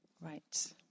right